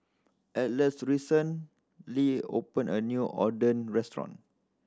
Atlas recently opened a new Oden restaurant